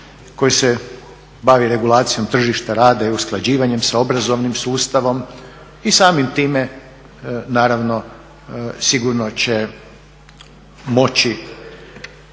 koji se bavi regulacijom tržišta rada i usklađivanjem sa obrazovnim sustavom i samim time naravno sigurno će moći